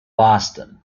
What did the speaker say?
boston